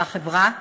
אותה חברה,